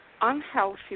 Unhealthy